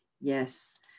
yes